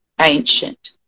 ancient